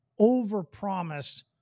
overpromise